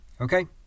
okay